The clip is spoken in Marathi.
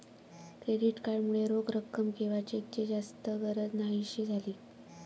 क्रेडिट कार्ड मुळे रोख रक्कम किंवा चेकची जास्त गरज न्हाहीशी झाली